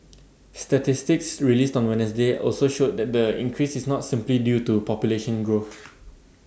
statistics released on Wednesday also showed that the increase is not simply due to population growth